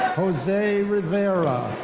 jose rivera.